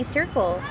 Circle